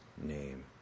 name